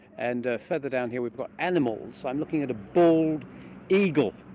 and further down here we've got animals. i'm looking at a bald eagle,